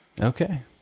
Okay